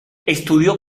estudió